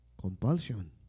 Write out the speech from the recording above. Compulsion